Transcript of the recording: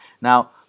now